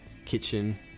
Kitchen